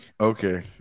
Okay